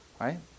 Right